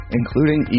including